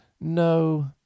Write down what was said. no